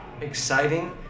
exciting